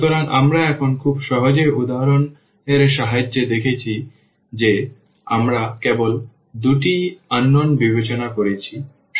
কিন্তু আমরা এখানে খুব সহজ উদাহরণের সাহায্যে দেখেছি যেখানে আমরা কেবল দুটি অজানা বিবেচনা করেছি